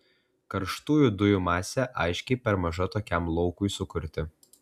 karštųjų dujų masė aiškiai per maža tokiam laukui sukurti